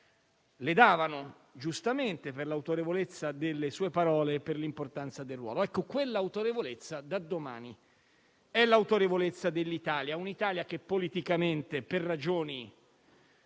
prestavano, giustamente, per l'autorevolezza delle sue parole e per l'importanza del suo ruolo. Quella autorevolezza, da domani è l'autorevolezza dell'Italia, che politicamente, per ragioni